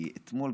כי אתמול,